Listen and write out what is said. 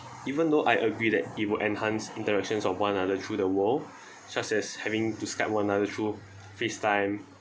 even though I agree that it will enhance interactions of one another through the world such as having to Skype one another through FaceTime